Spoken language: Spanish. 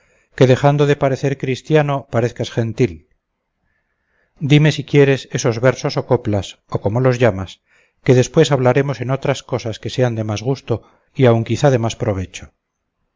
que dejando de parecer cristiano parezcas gentil dime si quieres esos versos o coplas o como los llamas que después hablaremos en otras cosas que sean de más gusto y aun quizá de más provecho